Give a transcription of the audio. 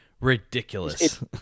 ridiculous